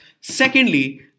Secondly